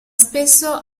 spesso